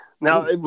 Now